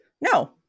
No